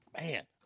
Man